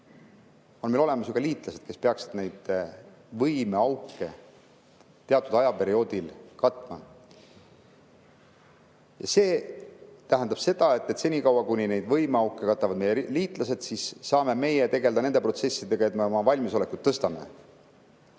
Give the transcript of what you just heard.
meil on olemas ju ka liitlased, kes peaksid neid võimeauke teatud ajaperioodil katma. See tähendab, et senikaua, kuni neid võimeauke katavad meie liitlased, saame meie tegelda nende protsessidega, et me oma valmisolekut tõstame.